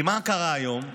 כי מה קרה היום?